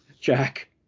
Jack